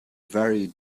very